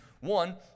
One